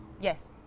Yes